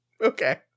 okay